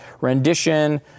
rendition